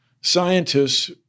scientists